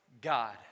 God